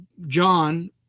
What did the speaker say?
John